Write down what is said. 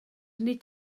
nid